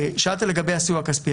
שאלת לגבי הסיוע הכספי.